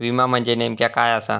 विमा म्हणजे नेमक्या काय आसा?